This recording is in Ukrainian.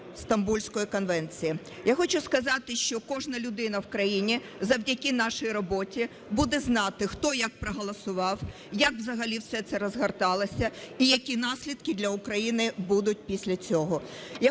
Стамбульської конвенції. Я хочу сказати, що кожна людина в країні завдяки нашій роботі буде знати, хто як проголосував, як взагалі все це розгорталося і які наслідки для України будуть після цього.